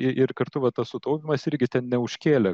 ir kartu va tas sutaupymas irgi ten neužkėlė